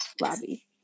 Lobby